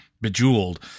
Bejeweled